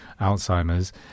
Alzheimer's